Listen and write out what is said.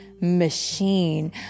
machine